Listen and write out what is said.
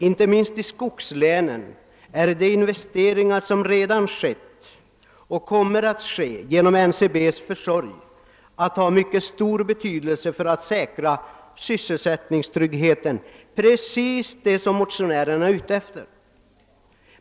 Inte minst i skogslänen kommer de investeringar som redan skett och skall ske genom NCB:s försorg att ha mycket stor betydelse för att säkra sysselsättningstryggheten, alltså just det som motionärerna syftar till.